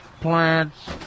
plants